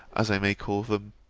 as i may call them.